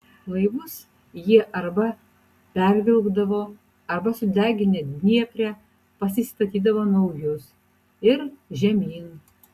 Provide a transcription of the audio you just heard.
laivus jie arba pervilkdavo arba sudeginę dniepre pasistatydavo naujus ir žemyn